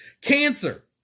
Cancer